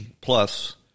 plus